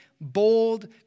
bold